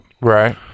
Right